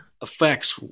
affects